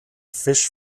fish